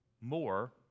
more